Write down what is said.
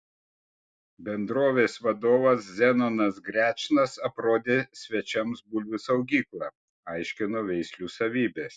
bendrovės vadovas zenonas grečnas aprodė svečiams bulvių saugyklą aiškino veislių savybes